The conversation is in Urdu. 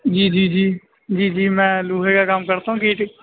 جی جی جی جی جی میں لوہے کا کام کرتا ہوں گٹ